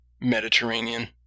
Mediterranean